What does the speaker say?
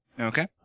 Okay